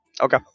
Okay